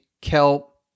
kelp